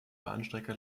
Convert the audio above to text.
bahnstrecke